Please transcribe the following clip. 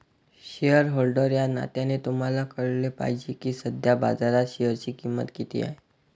shareholder या नात्याने तुम्हाला कळले पाहिजे की सध्या बाजारात शेअरची किंमत किती आहे